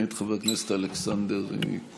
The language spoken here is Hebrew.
מאת חבר הכנסת אלכס קושניר,